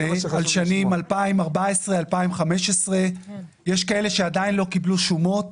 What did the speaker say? על השנים 2015-2014. יש כאלה שעדיין לא קיבלו שומות,